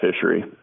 fishery